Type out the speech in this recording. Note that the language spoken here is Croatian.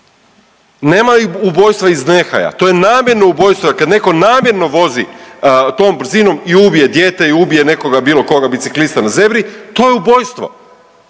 Nema ubojstva iz nehaja. To je namjerno ubojstvo jer kad neko namjerno vozi tom brzinom i ubije dijete i ubije nekoga, bilo koga, biciklista na zebri, to je ubojstvo,